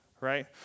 right